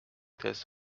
test